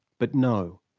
but no.